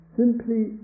simply